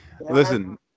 Listen